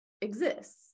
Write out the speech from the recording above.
exists